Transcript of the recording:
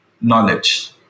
knowledge